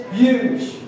huge